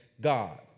God